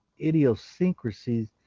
idiosyncrasies